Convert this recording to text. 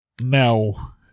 Now